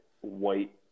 White